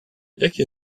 jaki